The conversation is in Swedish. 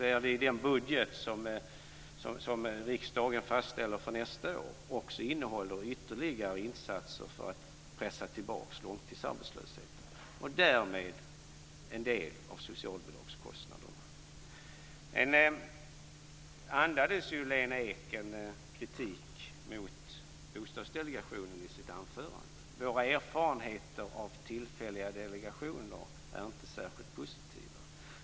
Och den budget som riksdagen fastställer för nästa år innehåller också ytterligare insatser för att pressa tillbaka långtidsarbetslösheten och därmed en del av socialbidragskostnaderna. Lena Ek andades i sitt anförande en kritik mot Bostadsdelegationen. Hon sade att våra erfarenheter av tillfälliga delegationer inte är särskilt positiva.